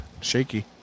Shaky